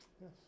Yes